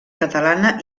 catalana